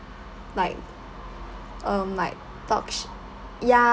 like um like talk s~ ya